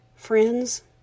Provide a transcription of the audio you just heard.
Friends